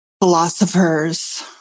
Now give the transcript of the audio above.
philosophers